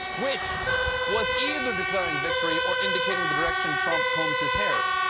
which was either declaring victory or indicating the direction trump combs his hair.